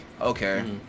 okay